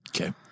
Okay